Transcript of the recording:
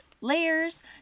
layers